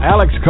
Alex